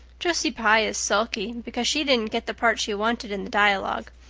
josie pye is sulky because she didn't get the part she wanted in the dialogue.